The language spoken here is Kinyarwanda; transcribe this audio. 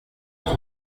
muco